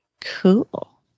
Cool